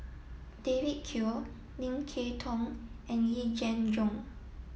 David Kwo Lim Kay Tong and Yee Jenn Jong